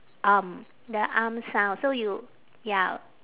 arm the arms now so you ya